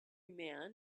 man